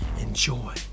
enjoy